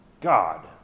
God